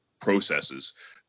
processes